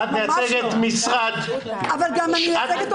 את מייצגת משרד --- אבל אני גם מייצגת עובדים.